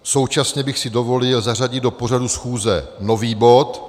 Současně bych si dovolil zařadit do pořadu schůze nový bod.